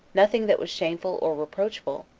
nothing that was shameful or reproachful,